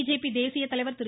BJP தேசியத் தலைவர் திரு